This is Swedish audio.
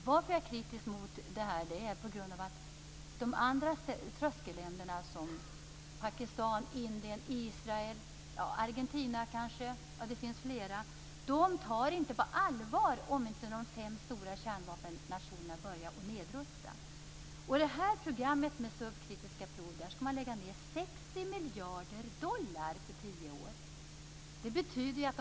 Jag är kritisk därför att de andra tröskelländerna som Pakistan, Indien, Israel och kanske Argentina - det finns flera - inte tar det på allvar om inte de fem stora kärnvapennationerna börjar att nedrusta. På detta program med subkritiska prov skall man lägga ned 60 miljarder dollar på tio år.